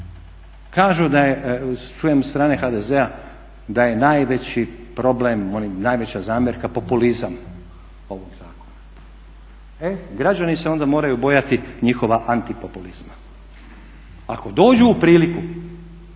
Kažu da je, čujem sa strane HDZ-a da je najveći problem, najveća zamjerka populizam ovog zakona. E građani se onda moraju bojati njihova antipopulizma. Ako dođu u priliku